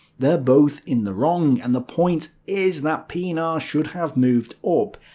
they're both in the wrong, and the point is that pienaar should have moved up.